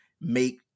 make